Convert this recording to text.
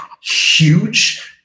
huge